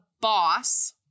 boss